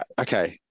okay